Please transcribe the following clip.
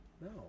no